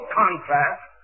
contrast